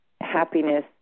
happiness